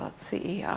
ah see. yeah